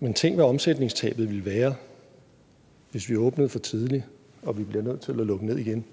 Men tænk, hvad omsætningstabet vil være, hvis vi åbnede for tidligt og vi blev nødt til at lukke ned igen.